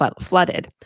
flooded